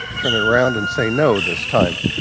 turn it around and say no this time,